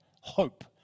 hope